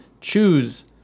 choose